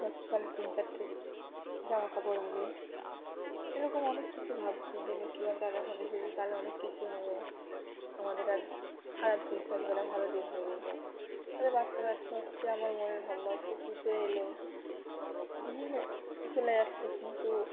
এবছর তাহলে তিন চারটে জামা কাপড় হবে এরকম অনেক কিছু ভাবছি যে লক্ষ্মীপ্যাঁচা যখন এসেছে তাহলে অনেক কিছু হবে আমাদের আর খারাপ দিন থাকবে না ভালো দিন হবে তাদের বাচ্চা কাচ্চা হচ্ছে আমার মনের ভাবনা হচ্ছে পুজো এলো দিন চলে যাচ্ছে কিন্তু